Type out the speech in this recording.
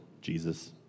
Jesus